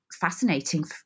fascinating